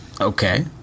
Okay